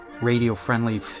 radio-friendly